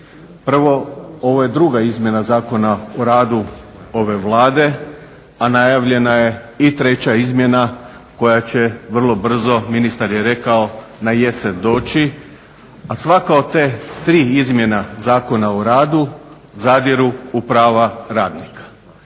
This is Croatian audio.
Prvo, ovo je druga izmjena Zakona o radu ove Vlade, a najavljena je i treća izmjena koja će vrlo brzo, ministar je rekao, na jesen doći. A svaka od te tri izmjena Zakona o radu zadiru u prava radnika.